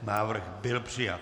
Návrh byl přijat.